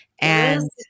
And-